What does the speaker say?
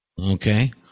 okay